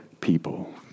people